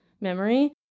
memory